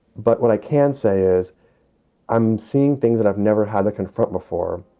but what i can say is i'm seeing things that i've never had to confront before